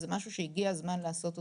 זה משהו שהגיע הזמן לעשות אותו.